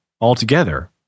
altogether